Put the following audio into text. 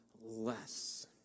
less